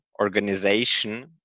organization